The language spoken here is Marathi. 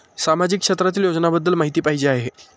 सामाजिक क्षेत्रातील योजनाबद्दल माहिती पाहिजे आहे?